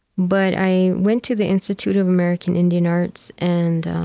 but i went to the institute of american indian arts, and